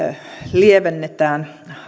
lievennetään